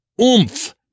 oomph